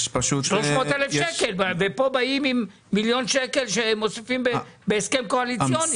300 אלף שקלים וכאן באים עם מיליון שקלים שמוסיפים בהסכם קואליציוני.